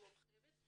היא מורחבת,